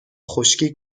خشکی